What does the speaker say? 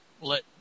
let